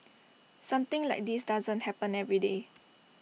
something like this doesn't happen every day